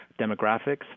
demographics